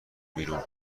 بیرون